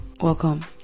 welcome